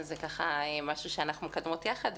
זה משהו שאנחנו מקדמות יחד,